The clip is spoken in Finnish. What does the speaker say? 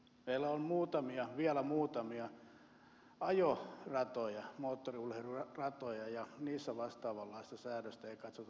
meillä on vielä muutamia ajoratoja moottoriurheiluratoja ja niissä vastaavanlaista säädöstä ei katsota tarpeelliseksi